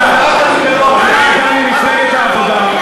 ממפלגת העבודה,